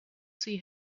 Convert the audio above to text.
see